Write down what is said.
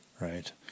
right